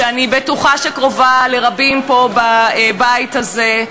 שאני בטוחה שקרובה לרבים פה בבית הזה,